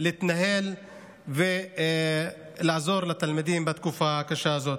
להתנהל ולעזור לתלמידים בתקופה הקשה הזאת.